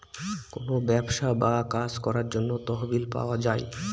কোনো ব্যবসা বা কাজ করার জন্য তহবিল পাওয়া যায়